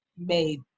Made